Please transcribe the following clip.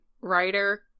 writer